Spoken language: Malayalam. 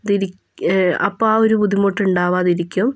അപ്പോൾ ആ ഒരു ബുദ്ധിമുട്ട് ഉണ്ടാവാതിരിക്കും